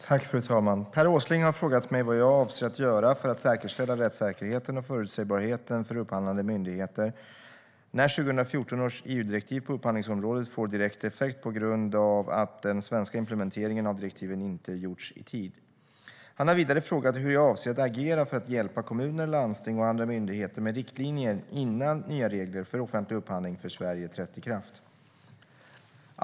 Fru talman! Per Åsling har frågat mig vad jag avser att göra för att säkerställa rättssäkerheten och förutsägbarheten för upphandlande myndigheter när 2014 års EU-direktiv på upphandlingsområdet får direkt effekt på grund av att den svenska implementeringen av direktiven inte gjorts i tid. Han har vidare frågat hur jag avser att agera för att hjälpa kommuner, landsting och andra myndigheter med riktlinjer innan nya regler för offentlig upphandling för Sverige trätt i kraft.